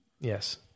yes